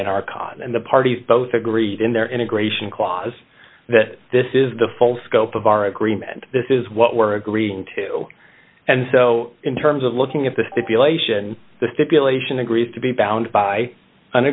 our cause and the parties both agreed in their integration clause that this is the full scope of our agreement this is what we're agreeing to and so in terms of looking at the stipulation the stipulation agrees to be bound by an